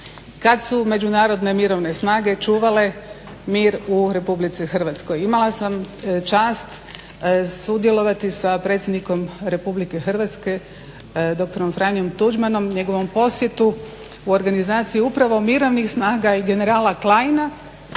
kad su Međunarodne mirovne snage čuvale mir u RH. Imala sam čast sudjelovati sa predsjednikom RH doktorom Franjom Tuđmanom, njegovom posjetu u organizaciji upravo mirovnih snaga i generala Kleina